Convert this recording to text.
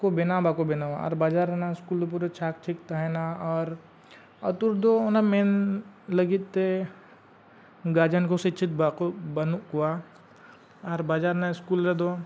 ᱠᱚ ᱵᱮᱱᱟᱣ ᱵᱟᱠᱚ ᱵᱮᱱᱟᱣᱟ ᱟᱨ ᱵᱟᱡᱟᱨ ᱨᱮᱱᱟᱜ ᱫᱚ ᱯᱩᱨᱟᱹ ᱪᱷᱟᱫᱽ ᱴᱷᱤᱠ ᱛᱟᱦᱮᱱᱟ ᱟᱨ ᱟᱹᱛᱩ ᱨᱮᱫᱚ ᱚᱱᱟ ᱢᱮᱱ ᱞᱟᱹᱜᱤᱫ ᱛᱮ ᱠᱚ ᱥᱮᱪᱮᱫ ᱵᱟᱠᱚ ᱵᱟᱹᱱᱩᱜ ᱠᱚᱣᱟ ᱟᱨ ᱵᱟᱡᱟᱨ ᱨᱮᱱᱟᱜ ᱨᱮᱫᱚ